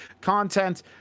content